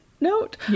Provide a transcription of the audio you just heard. note